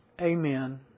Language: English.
Amen